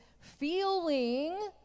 feeling